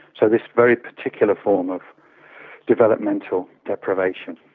so this very particular form of developmental deprivation.